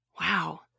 Wow